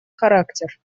характер